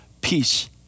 peace